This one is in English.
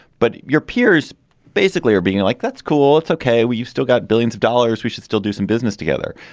but your peers basically are being like, that's cool. it's ok. we've still got billions of dollars. we should still do some business together.